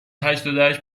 هشتادوهشت